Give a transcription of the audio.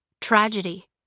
Tragedy